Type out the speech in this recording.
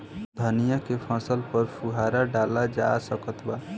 धनिया के फसल पर फुहारा डाला जा सकत बा?